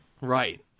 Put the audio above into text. right